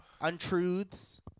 Untruths